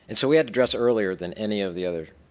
and so we had to dress earlier than any of the other